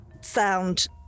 sound